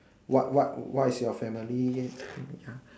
what what what is your family ya